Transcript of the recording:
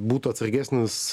būtų atsargesnis